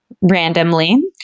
randomly